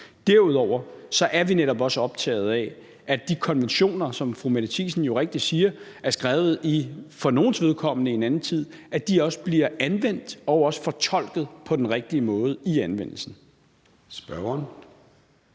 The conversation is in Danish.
Derudover er vi netop også optaget af, at de konventioner, der – som fru Mette Thiesen jo rigtigt siger – for nogles vedkommende er skrevet i en anden tid, også bliver anvendt og fortolket på den rigtige måde. Kl.